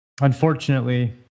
unfortunately